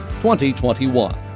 2021